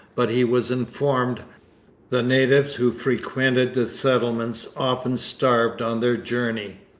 but he was informed the natives who frequented the settlements often starved on their journey,